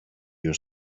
your